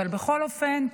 אבל בכל אופן,